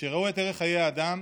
שראו את ערך חיי אדם